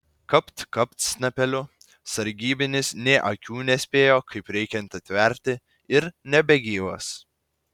kapt kapt snapeliu sargybinis nė akių nespėjo kaip reikiant atverti ir nebegyvas